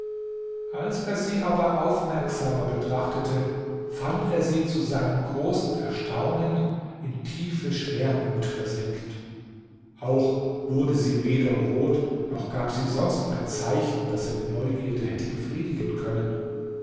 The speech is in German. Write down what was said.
als er sie aber aufmerksamer betrachtete fand er sie zu seinem großen erstaunen in tiefe schwermut versenkt auch wurde sie weder rot noch gab sie sonst ein zeichen das seine neugierde hätte befriedigen können